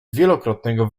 wielokrotnego